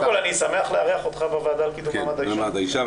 קודם כל אני שמח לארח אותך בוועדה לקידום מעמד האישה.